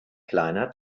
kleiner